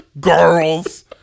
Girls